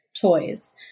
toys